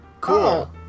Cool